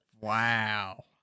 Wow